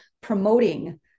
promoting